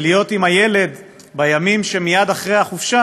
ולהיות עם הילד בימים שמייד אחרי החופשה,